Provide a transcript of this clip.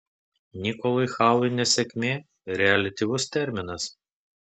nikolui halui nesėkmė reliatyvus terminas